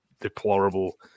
deplorable